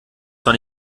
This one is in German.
zwar